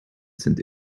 sind